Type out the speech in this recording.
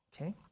okay